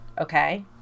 Okay